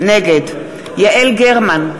נגד יעל גרמן,